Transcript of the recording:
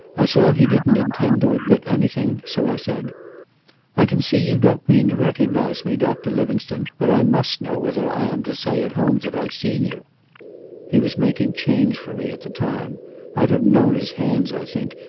i saw he didn't intend to admit anything, so i said i can see you don't mean to recognize me, doctor livingstone, but i must know whether i am to say at home that i've seen you he was making change for me at the time i'd have known his hands, i think,